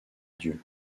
dieu